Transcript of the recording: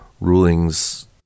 rulings